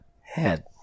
head